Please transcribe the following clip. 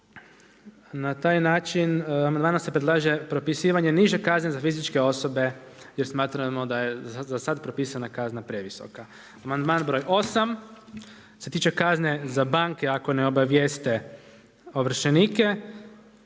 na taj način nama se predlaže propisivanje niže kazne za fizičke osobe jer smatramo da je za sada propisana kazna previsoka. Amandman br. 8 se tiče kazne za banke ako ne obavijeste ovršenike.